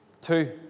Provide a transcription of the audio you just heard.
Two